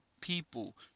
people